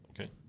Okay